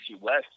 West